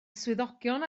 swyddogion